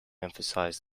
emphasized